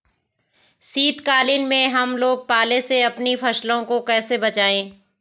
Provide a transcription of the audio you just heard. शीतकालीन में हम लोग पाले से अपनी फसलों को कैसे बचाएं?